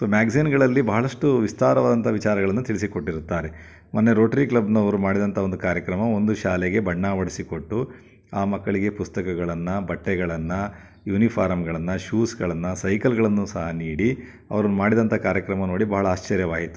so ಮ್ಯಾಗ್ಜಿನ್ಗಳಲ್ಲಿ ಬಹಳಷ್ಟು ವಿಸ್ತಾರವಾದಂಥ ವಿಚಾರಗಳನ್ನ ತಿಳಿಸಿಕೊಟ್ಟಿರುತ್ತಾರೆ ಮೊನ್ನೆ ರೋಟ್ರಿ ಕ್ಲಬ್ನವರು ಮಾಡಿದಂಥ ಒಂದು ಕಾರ್ಯಕ್ರಮ ಒಂದು ಶಾಲೆಗೆ ಬಣ್ಣ ಹೊಡ್ಸಿಕೊಟ್ಟು ಆ ಮಕ್ಕಳಿಗೆ ಪುಸ್ತಕಗಳನ್ನ ಬಟ್ಟೆಗಳನ್ನು ಯೂನಿಫಾರಮ್ಗಳನ್ನು ಶೂಸ್ಗಳನ್ನು ಸೈಕಲ್ಗಳನ್ನೂ ಸಹ ನೀಡಿ ಅವರು ಮಾಡಿದಂಥ ಕಾರ್ಯಕ್ರಮ ನೋಡಿ ಭಾಳ ಆಶ್ಚರ್ಯವಾಯಿತು